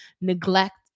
neglect